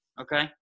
Okay